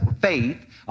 faith